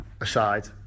aside